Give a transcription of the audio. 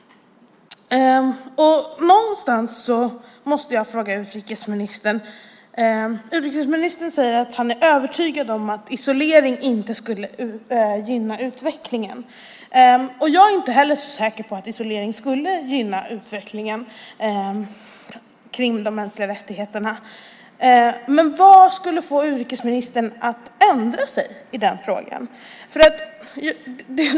Någonstans måste jag fråga utrikesministern: Utrikesministern säger att han är övertygad om att isolering inte skulle gynna utvecklingen - jag är inte heller så säker på att isolering skulle gynna utvecklingen av de mänskliga rättigheterna - men vad skulle få utrikesministern att ändra sig i den frågan?